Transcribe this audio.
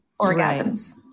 orgasms